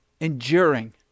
enduring